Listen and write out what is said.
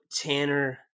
Tanner